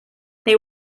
they